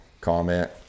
comment